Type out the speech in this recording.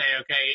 okay